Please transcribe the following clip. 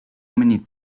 many